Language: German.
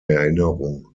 erinnerung